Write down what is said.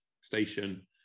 Station